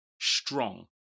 strong